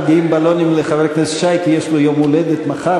מגיעים בלונים לחבר הכנסת שי כי יש לו יום הולדת מחר,